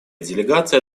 делегация